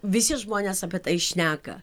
visi žmonės apie tai šneka